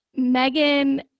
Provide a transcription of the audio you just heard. Megan